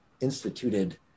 instituted